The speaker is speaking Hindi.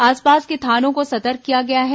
आसपास के थानों को सतर्क किया गया है